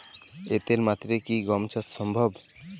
এঁটেল মাটিতে কি গম চাষ সম্ভব?